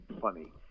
funny